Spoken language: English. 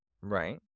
right